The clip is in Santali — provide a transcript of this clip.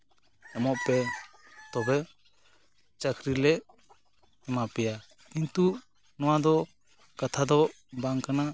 ᱮᱢᱚᱜ ᱯᱮ ᱛᱚᱵᱮ ᱪᱟᱠᱨᱤᱞᱮ ᱮᱢᱟᱯᱮᱭᱟ ᱠᱤᱱᱛᱩ ᱱᱚᱣᱟ ᱫᱚ ᱠᱟᱛᱷᱟ ᱫᱚ ᱵᱟᱝ ᱠᱟᱱᱟ